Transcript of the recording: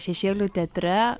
šešėlių teatre